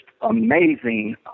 amazing